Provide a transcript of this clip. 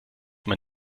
man